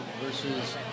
versus